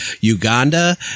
Uganda